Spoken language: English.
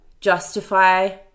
justify